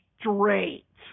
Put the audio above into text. straight